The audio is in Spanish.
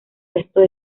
restos